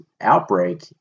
outbreak